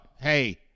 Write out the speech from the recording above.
hey